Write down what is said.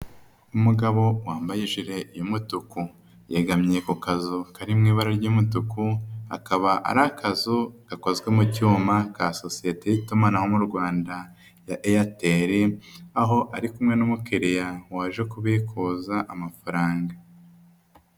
Umugabo wambaye ijiri y'umutuku. Yegamye ku kazu kari mu ibara ry'umutuku akaba ari akazu gakozwe mu cyuma ka sosiyete y'itumanaho mu Rwanda ya Airtel, aho ari kumwe n'umukiriya waje kubikuza amafaranga.